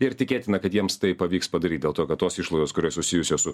ir tikėtina kad jiems tai pavyks padaryt dėl to kad tos išlaidos kurios susijusios su